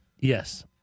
Yes